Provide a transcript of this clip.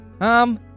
Um